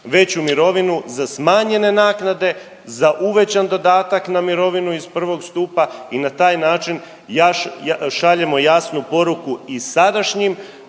veću mirovinu za smanjene naknade, za uvećan dodatka na mirovinu iz I. stupa i na taj način šaljemo jasnu poruku i sadašnjim